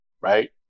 right